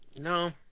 No